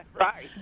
Right